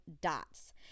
dots